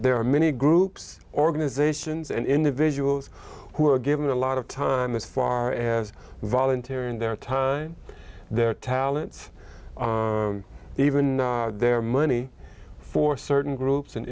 there are many groups organizations and individuals who are given a lot of time as far as volunteer in their time their talents even their money for certain groups and